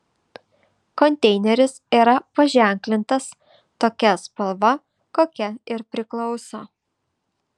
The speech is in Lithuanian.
konteineris yra paženklintas tokia spalva kokia ir priklauso